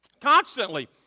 constantly